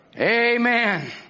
Amen